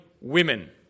women